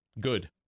Good